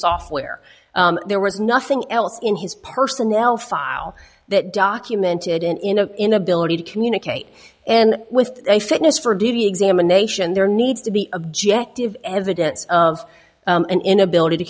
software there was nothing else in his personnel file that documented in an inability to communicate and with a fitness for duty examination there needs to be objective evidence of an inability to